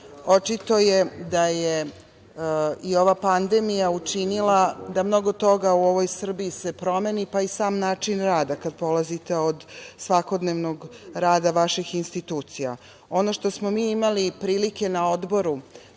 očito je da je i ova pandemja učinila da mnogo toga u ovoj Srbiji se promeni, pa i sam način rada kada polazite od svakodnevnog rada vaših institucija. Ono što smo mi imali prilike na Odboru